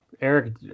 Eric